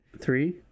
Three